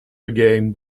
again